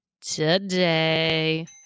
today